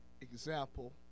example